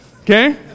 okay